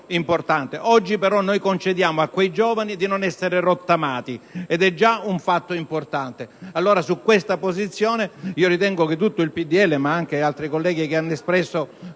importante. Oggi, però, noi concediamo a quei giovani di non essere rottamati, e questo è già un fatto importante. Su questa posizione, ritengo che tutto il Gruppo del PdL, ma anche altri colleghi che hanno espresso